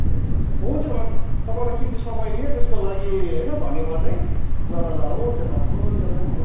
ए हुन्छ त म्याम तपाईँलाई किमती समय लिएँ त्यसको लागि होइन धन्यवाद है ल ल हुन्छ त हुन्छ म्याम गुड